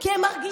כי הם מרגישים.